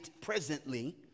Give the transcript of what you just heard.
presently